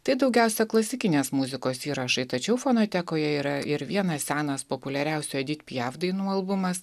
tai daugiausia klasikinės muzikos įrašai tačiau fonotekoje yra ir vienas senas populiariausių edith piaf dainų albumas